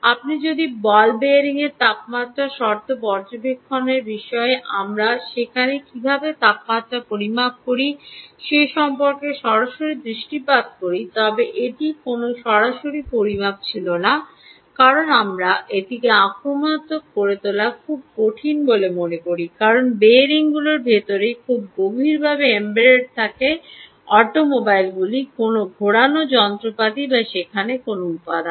আপনি যদি বল বিয়ারিংয়ের তাপমাত্রা শর্ত পর্যবেক্ষণের বিষয়ে আমরা সেখানে কীভাবে তাপমাত্রা পরিমাপ করি সে সম্পর্কে সরাসরি দৃষ্টিপাত করি তবে এটি কোনও সরাসরি পরিমাপ ছিল না কারণ আমরা এটিকে আক্রমণাত্মক করে তোলা খুব কঠিন বলে মনে করি কারণ বিয়ারিংগুলি ভিতরে খুব গভীরভাবে এম্বেড থাকে অটোমোবাইলগুলি কোনও ঘোরানো যন্ত্রপাতি বা সেখানে কোনও উপাদান